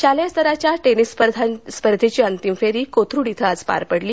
शालेय स्तराच्या टेनिस स्पर्धेची अंतिम फेरी कोथरुड इथं आज पार पडली